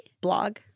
blog